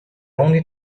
only